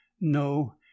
no